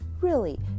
Really